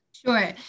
Sure